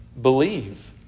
believe